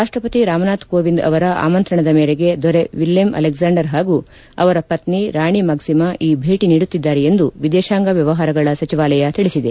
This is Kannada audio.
ರಾಷ್ಷಪತಿ ರಾಮನಾಥ್ ಕೋವಿಂದ್ ಅವರ ಆಮಂತ್ರಣದ ಮೇರೆಗೆ ದೊರೆ ವಿಲ್ಲೆಂ ಅಲೆಗ್ವಾಂಡರ್ ಹಾಗೂ ಅವರ ಪತ್ನಿ ರಾಣಿ ಮಾಕ್ಷಿಮಾ ಈ ಭೇಟ ನೀಡುತ್ತಿದ್ದಾರೆ ಎಂದು ವಿದೇಶಾಂಗ ವ್ಲವಹಾರಗಳ ಸಚಿವಾಲಯ ತಿಳಿಸಿದೆ